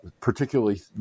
particularly